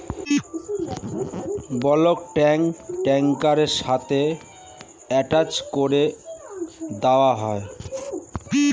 bulk tank ট্র্যাক্টরের সাথে attach করে দেওয়া হয়